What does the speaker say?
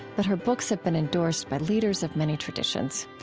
but her books have been endorsed by leaders of many traditions.